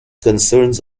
concerns